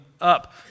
up